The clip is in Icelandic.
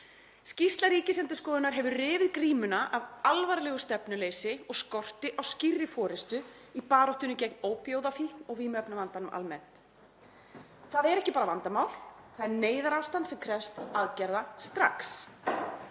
Skýrsla Ríkisendurskoðunar hefur rifið grímuna af alvarlegu stefnuleysi og skorti á skýrri forystu í baráttunni gegn ópíóíðafíkn og vímuefnavandanum almennt. Það er ekki bara vandamál, það er neyðarástand sem krefst aðgerða strax.